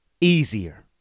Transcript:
easier